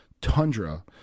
Tundra